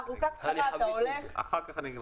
בקצרה הארוכה אתה עושה קיצורי דרך ואתה נתקל